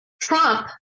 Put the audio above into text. Trump